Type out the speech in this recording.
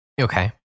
Okay